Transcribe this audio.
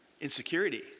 insecurity